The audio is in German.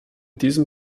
diesem